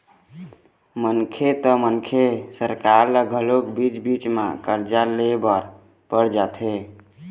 मनखे त मनखे सरकार ल घलोक बीच बीच म करजा ले बर पड़ जाथे